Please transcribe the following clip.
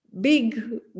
big